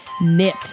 knit